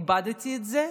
איבדתי את זה,